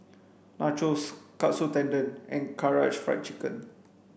Nachos Katsu Tendon and Karaage Fried Chicken